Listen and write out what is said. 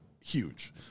huge